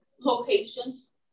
locations